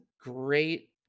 great